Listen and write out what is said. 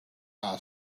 our